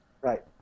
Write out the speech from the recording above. Right